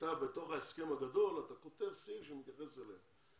בתוך ההסכם הגדול אתה כותב סעיף שמתייחס אליהם,